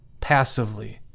passively